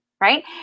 right